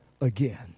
again